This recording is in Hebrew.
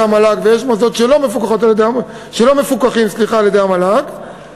המל"ג ויש מוסדות שלא מפוקחים על-ידי המל"ג,